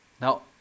Now